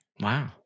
Wow